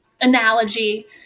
analogy